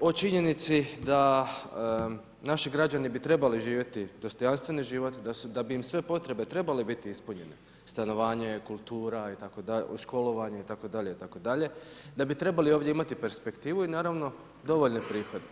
o činjenici da naši građani bi trebali živjeti dostojanstveni život, da bi im sve potrebe trebale biti ispunjene, stanovanje, školovanje itd. da bi trebali ovdje imati perspektivu i naravno dovoljne prihode.